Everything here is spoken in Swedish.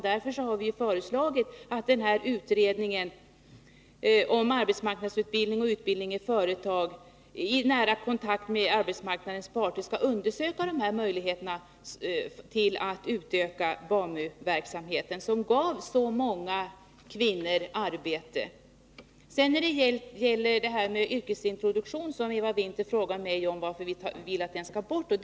Därför har vi föreslagit att utredningen om arbetsmarknadsutbildning och utbildning i företag i nära kontakt med arbetsmarknadens parter skall undersöka möjligheterna att utöka BAMU verksamheten, som gav så många kvinnor arbete. Eva Winther frågade mig varför vi vill ta bort yrkesintroduktionen.